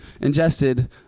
ingested